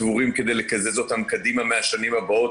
אל תיתנו לנו ללכת עם הפסדים צבורים כדי לקזז אותם קדימה מהשנים הבאות,